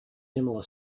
similar